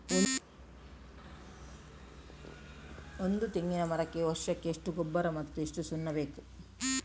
ಒಂದು ತೆಂಗಿನ ಮರಕ್ಕೆ ವರ್ಷಕ್ಕೆ ಎಷ್ಟು ಗೊಬ್ಬರ ಮತ್ತೆ ಎಷ್ಟು ಸುಣ್ಣ ಬೇಕು?